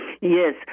Yes